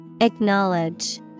Acknowledge